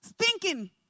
Stinking